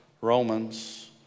Romans